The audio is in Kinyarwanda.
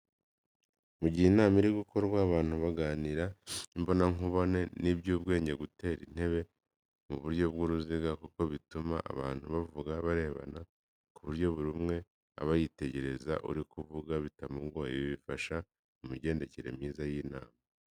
Mu gihe inama iri gukorwa abantu baganira imbona nkubone, ni iby'ubwenge gutera intebe mu buryo bw'uruziga kuko bituma abantu bavugana barebana ku buryo buri umwe aba yitegereza uri kuvuga bitamugoye. Ibi bifasha mu migendekere myiza y'inama.